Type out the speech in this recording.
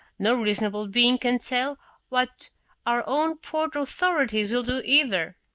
no reasonable being can tell what our own port authorities will do either!